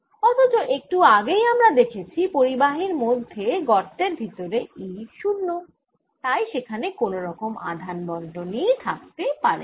অথচ একটু আগেই আমরা দেখেছি পরিবাহীর মধ্যে গর্তের ভেতরে E 0 তাই সেখানে কোন রকম আধান বণ্টনই থাকতে পারেনা